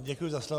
Děkuji za slovo.